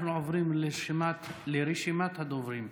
אנחנו עוברים לרשימת הדוברים.